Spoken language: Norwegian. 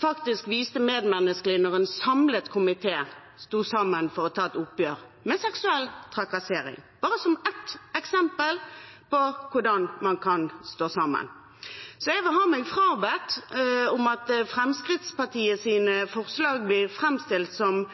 faktisk viste medmenneskelighet da en samlet komité sto sammen om å ta et oppgjør med seksuell trakassering – bare som ett eksempel på hvordan man kan stå sammen. Jeg vil ha meg frabedt at Fremskrittspartiets forslag blir framstilt som